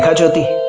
ah jyoti,